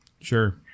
Sure